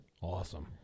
Awesome